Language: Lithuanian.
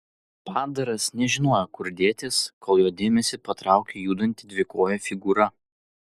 padaras nežinojo kur dėtis kol jo dėmesį patraukė judanti dvikojė figūra